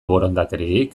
borondaterik